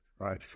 Right